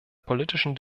politischen